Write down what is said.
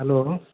hello